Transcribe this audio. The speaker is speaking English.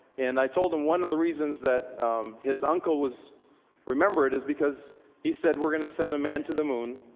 and i told him one of the reasons that his uncle was remembered is because he said we're going to send a man to the moon,